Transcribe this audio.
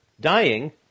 Dying